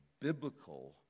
biblical